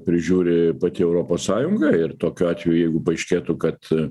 prižiūri pati europos sąjunga ir tokiu atveju jeigu paaiškėtų kad